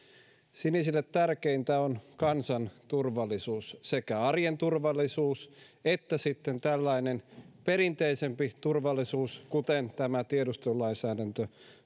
sinisille tärkeintä on kansan turvallisuus sekä arjen turvallisuus että sitten tällainen perinteisempi turvallisuus kuten tämä tiedustelulainsäädäntö nyt